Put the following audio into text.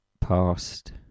past